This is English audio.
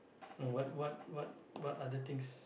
no what what what what other things